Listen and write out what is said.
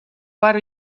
paar